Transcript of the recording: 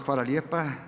Hvala lijepo.